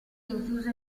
rinchiuso